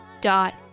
dot